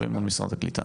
זה מול משרד הקליטה.